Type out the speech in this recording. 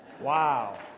Wow